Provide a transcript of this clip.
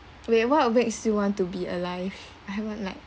wait what makes you want to be alive I haven't like